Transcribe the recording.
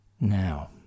Now